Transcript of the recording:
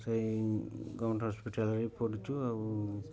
ସେଇ ଗଭର୍ଣ୍ଣମେଣ୍ଟ ହସ୍ପିଟାଲ୍ରେ ପଡ଼ୁଛୁ ଆଉ